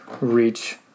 reach